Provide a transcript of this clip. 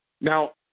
Now